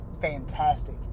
fantastic